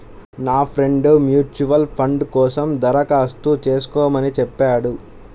నా friend mutual fund కోసం దరఖాస్తు చేస్కోమని చెప్పాడు